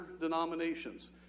denominations